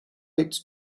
its